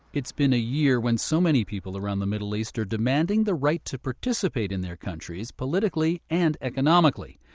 it's been a year when so many people around the middle east are demanding the right to participate in their countries, politically and economically.